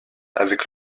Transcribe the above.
avec